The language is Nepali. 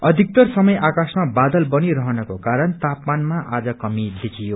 अधिक्तर समय आकाशमा बादल बनीरहनको कारण आपमानमा आज कमी देखियो